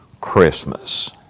Christmas